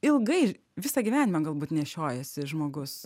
ilgai visą gyvenimą galbūt nešiojasi žmogus